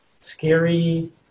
scary